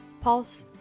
pulse